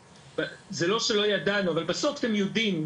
זה לא שלא ידענו אבל בסוף אתם יודעים,